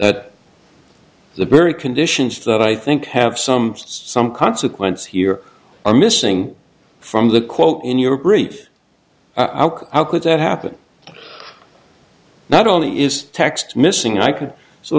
the barry conditions that i think have some some consequence here are missing from the quote in your brief how could that happen not only is text missing i can sort